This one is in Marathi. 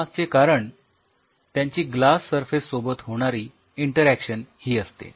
यामागचे कारण त्यांची ग्लास सरफेस सोबत होणारी इंटरॅक्शन ही असते